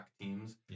teams